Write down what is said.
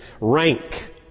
rank